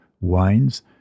wines